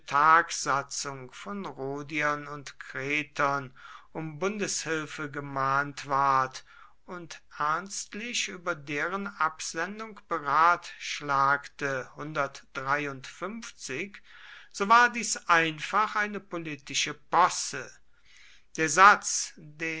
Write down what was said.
tagsatzung von rhodiern und kretern um bundeshilfe gemahnt ward und ernstlich über deren absendung beratschlagte so war dies einfach eine politische posse der satz